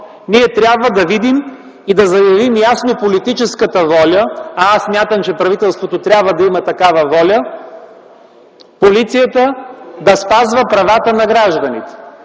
Ние трябва да видим и да заявим ясно политическата воля, а аз смятам, че правителството трябва да има такава воля – полицията да спазва правата на гражданите.